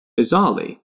Bizarrely